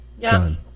done